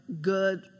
good